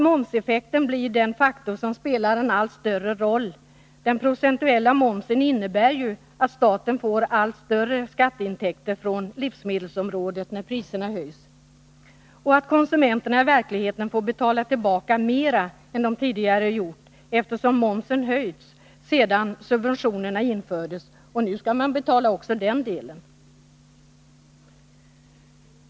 Momseffekten blir dessutom en faktor som spelar en allt större roll — den procentuella momsen innebär ju att staten får allt större skatteintäkter från livsmedelsområdet när priserna höjs. Konsumenterna får i verkligheten betala tillbaka mera än de tidigare gjort, eftersom momsen höjs sedan subventionerna infördes. Och nu skall de betala också den delen.